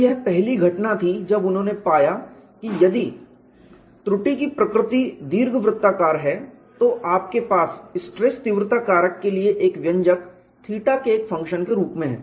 तो यह पहली घटना थी जब उन्होंने पाया कि यदि त्रुटि की प्रकृति दीर्घवृत्ताकार है तो आपके पास स्ट्रेस तीव्रता कारक के लिए एक व्यंजक θ के एक फंक्शन के रूप में है